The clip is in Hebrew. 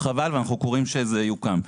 זה חבל ואנחנו קוראים שזה יוקם.